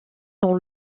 dans